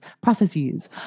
processes